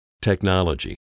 Technology